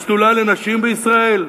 השדולה לנשים בישראל,